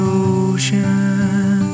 ocean